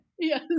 Yes